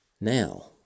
Now